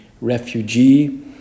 refugee